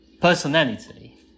personality